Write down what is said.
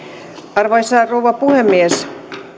arvoisa rouva puhemies